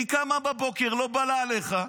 היא קמה בבוקר, אם לא בא לה עליך,